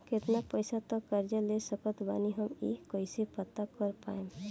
केतना पैसा तक कर्जा ले सकत बानी हम ई कइसे पता कर पाएम?